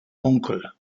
onkel